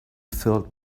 filled